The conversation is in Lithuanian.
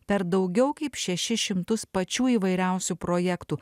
per daugiau kaip šešis šimtus pačių įvairiausių projektų